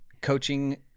coaching